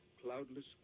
cloudless